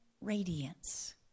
radiance